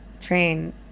train